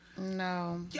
No